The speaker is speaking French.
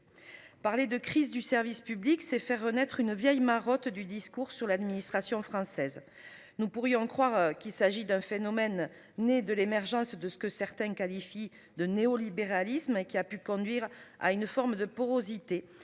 Parler de crise du service public, c'est faire renaître une vieille marotte du discours sur l'administration française. Nous pourrions croire qu'il s'agit d'un phénomène né de l'émergence de ce que certains qualifient de néolibéralisme. Et qui a pu conduire à une forme de porosité